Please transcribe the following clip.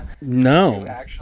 no